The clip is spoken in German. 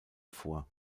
vor